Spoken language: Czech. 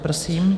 Prosím.